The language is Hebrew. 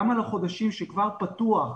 גם על החודשים שכבר פתוח,